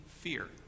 fear